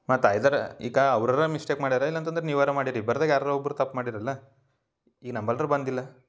ಮತ್ತು ಐದರ್ ಈಕಾ ಅವ್ರರ ಮಿಸ್ಟೇಕ್ ಮಾಡ್ಯಾರ ಇಲ್ಲ ಅಂತಂದ್ರ ನೀವಾರ ಮಾಡೀರಿ ಬರ್ದೇಗ ಯಾರರ ಒಬ್ರ ತಪ್ಪು ಮಾಡಿರೆ ಅಲ್ಲ ಈಗ ನಂಬಲ್ಡ್ರು ಬಂದಿಲ್ಲ